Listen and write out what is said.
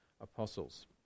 apostles